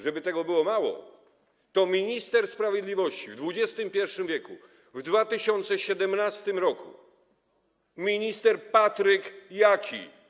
Żeby tego było mało, to minister sprawiedliwości w XXI w., w 2017 r., minister Patryk Jaki.